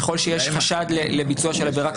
ככל שיש חשד לביצוע של עבירה,